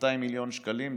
200 מיליון שקלים,